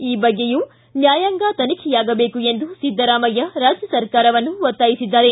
ಈ ಬಗ್ಗೆಯೂ ನ್ಯಾಯಾಂಗ ತನಿಖೆಯಾಗಬೇಕು ಎಂದು ಸಿದ್ದರಾಮಯ್ಯ ರಾಜ್ಯ ಸರ್ಕಾರವನ್ನು ಒತ್ತಾಯಿಸಿದ್ದಾರೆ